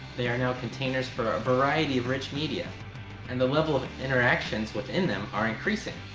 they are now containers for a variety of rich media and the level of interactions within them are increasing.